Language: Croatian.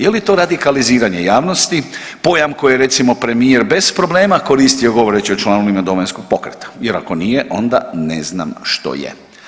Je li to radikaliziranje javnosti, pojam koji je recimo, premijer bez problema koristio govoreći o članovima Domovinskog pokreta, jer ako nije, onda ne znam što je.